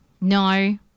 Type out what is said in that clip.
No